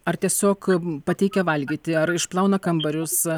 ar tiesiog pateikia valgyti ar išplauna kambarius